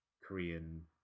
Korean